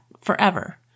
forever